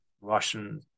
Russian